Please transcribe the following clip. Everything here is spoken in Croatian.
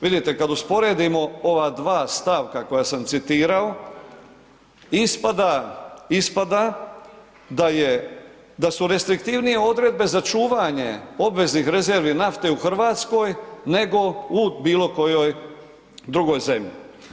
Vidite kad usporedimo ova dva stavka koja sam citirao ispada, ispada da su restriktivnije odredbe za čuvanje obveznih rezervi nafte u Hrvatskoj nego u bilo kojoj drugoj zemlji.